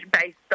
based